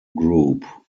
group